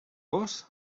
gos